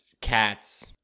cats